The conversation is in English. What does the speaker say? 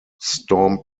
storm